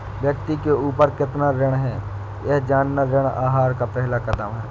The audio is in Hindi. व्यक्ति के ऊपर कितना ऋण है यह जानना ऋण आहार का पहला कदम है